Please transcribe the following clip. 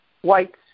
white